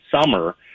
summer